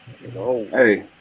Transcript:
Hey